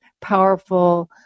powerful